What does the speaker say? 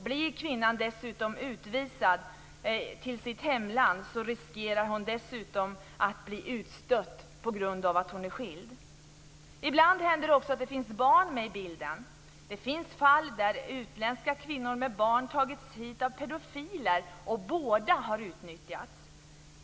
Blir kvinnan utvisad till sitt hemland riskerar hon dessutom att bli utstött på grund av att hon är skild. Ibland händer det också att det finns barn med i bilden. Det finns fall där utländska kvinnor med barn har tagits hit av pedofiler och båda har utnyttjats.